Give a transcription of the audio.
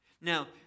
Now